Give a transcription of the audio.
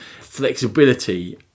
flexibility